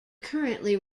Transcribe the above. currently